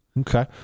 Okay